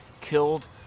killed